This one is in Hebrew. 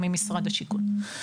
כלכלית.